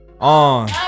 on